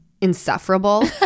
insufferable